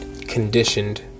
conditioned